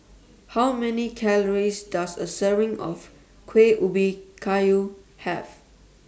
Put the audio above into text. How Many Calories Does A Serving of Kueh Ubi Kayu Have